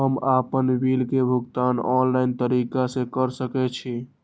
हम आपन बिल के भुगतान ऑनलाइन तरीका से कर सके छी?